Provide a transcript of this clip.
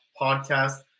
Podcast